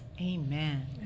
amen